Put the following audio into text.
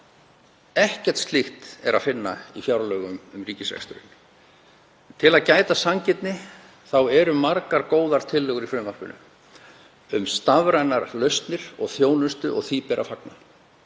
Ekkert slíkt er að finna í fjárlögum um ríkisreksturinn. Til að gæta sanngirni eru margar góðar tillögur í frumvarpinu um stafrænar lausnir og þjónustu og því ber að fagna.